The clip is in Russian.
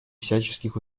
всяческих